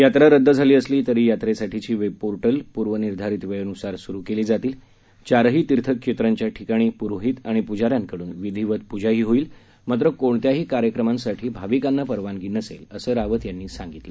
यात्रा रद्द झाली असली तरी यात्रेसाठीची वेब पोर्टल प्र्वनिर्धारित वेळेन्सार स्रु केली जातील चारही तीर्थक्षेत्रांच्या ठिकाणी प्रोहित आणि प्जाऱ्यांकडून विधिवत प्जाही होईल मात्र कोणत्याही कार्यक्रमासाठी भाविकांना परवानगी नसेल असं रावत यांनी सांगितलं